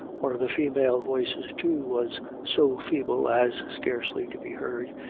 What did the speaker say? one of the female voices, too, was so feeble as scarcely to be heard,